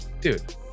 dude